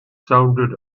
sounded